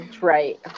right